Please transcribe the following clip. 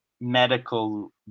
medical